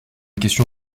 question